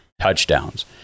touchdowns